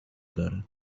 دارد